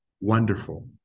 wonderful